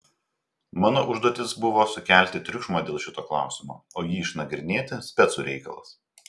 mano užduotis buvo sukelti triukšmą dėl šito klausimo o jį išnagrinėti specų reikalas